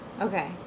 okay